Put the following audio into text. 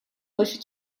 başı